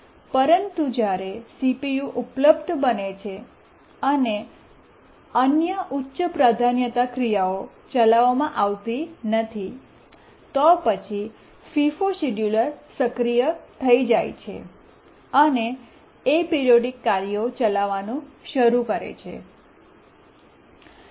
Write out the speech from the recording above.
પરંતુ જ્યારે CPU CPU ઉપલબ્ધ બને છે અને અન્ય ઉચ્ચ પ્રાધાન્યતા ક્રિયાઓ ચલાવવામાં આવતી નથી તો પછી FIFO ફીફો શેડ્યૂલર સક્રિય થઈ જાય છે અને એપરિઓડીક કાર્યો ચલાવવાનું શરૂ કરે છે